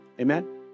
Amen